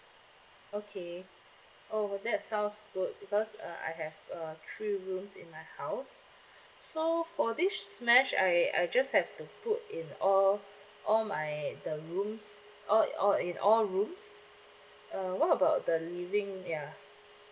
okay oh that sounds good because uh I have uh three rooms in my house so for these mesh I I just have to put in all all my the rooms all all in all rooms uh what about the living ya